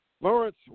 Lawrence